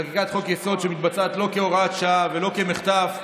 חקיקת חוק-יסוד שמתבצעת לא כהוראת שעה ולא כמחטף,